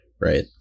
right